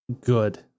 good